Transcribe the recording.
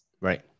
Right